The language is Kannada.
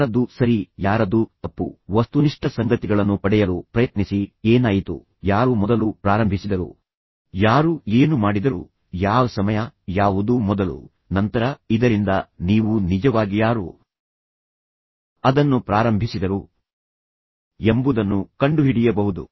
ಯಾರದ್ದು ಸರಿ ಯಾರದ್ದು ತಪ್ಪು ವಸ್ತುನಿಷ್ಠ ಸಂಗತಿಗಳನ್ನು ಪಡೆಯಲು ಪ್ರಯತ್ನಿಸಿ ಏನಾಯಿತು ಯಾರು ಮೊದಲು ಪ್ರಾರಂಭಿಸಿದರು ಯಾರು ಏನು ಮಾಡಿದರು ಯಾವ ಸಮಯ ಯಾವುದು ಮೊದಲು ನಂತರ ಇದರಿಂದ ನೀವು ನಿಜವಾಗಿ ಯಾರು ಅದನ್ನು ಪ್ರಾರಂಭಿಸಿದರು ಎಂಬುದನ್ನು ಕಂಡುಹಿಡಿಯಬಹುದು